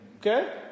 Okay